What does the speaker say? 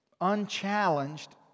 unchallenged